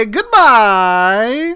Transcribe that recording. Goodbye